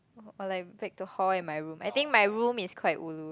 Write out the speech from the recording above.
or like back to hall in my room I think my room is quite ulu